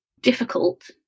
difficult